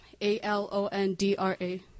A-L-O-N-D-R-A